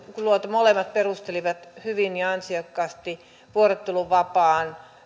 molemmat perustelivat hyvin ja ansiokkaasti vuorotteluvapaan